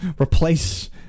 Replace